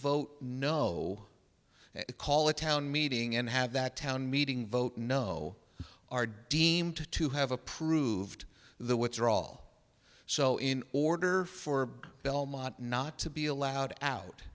vote no and call a town meeting and have that town meeting vote no are deemed to have approved the withdraw so in order for belmont not to be allowed out